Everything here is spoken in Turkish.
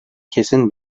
kesin